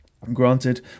granted